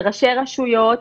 של ראשי רשויות.